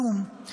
כלום.